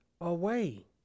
away